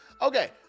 Okay